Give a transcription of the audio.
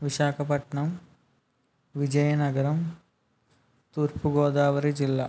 విశాఖపట్నం విజయనగరం తూర్పుగోదావరి జిల్లా